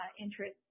interest